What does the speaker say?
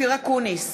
אופיר אקוניס,